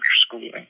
schooling